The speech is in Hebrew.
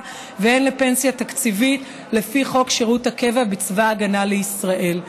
והן לפנסיה תקציבית לפי חוק שירות הקבע בצבא ההגנה לישראל.